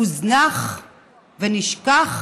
מוזנח ונשכח.